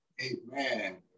amen